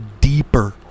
deeper